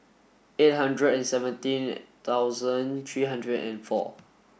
eight hundred and seventeen thousand three hundred and four